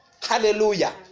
Hallelujah